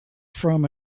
from